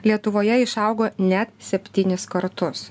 lietuvoje išaugo net septynis kartus